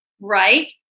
Right